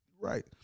Right